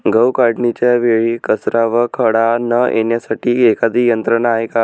गहू काढणीच्या वेळी कचरा व खडा न येण्यासाठी एखादी यंत्रणा आहे का?